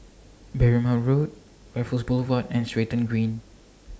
Berrima Road Raffles Boulevard and Stratton Green